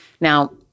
Now